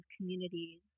communities